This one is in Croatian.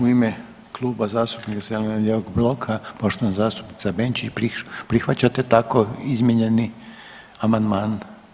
U ime Kluba zastupnika zeleno-lijevog bloka, poštovana zastupnica Benčić, prihvaćate tako izmijenjeni amandman?